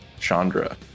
chandra